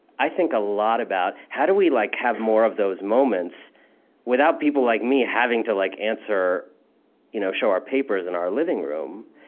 i think a lot about how do we like have more of those moments without people like me having to like answer you know show our papers in our living room,